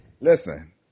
Listen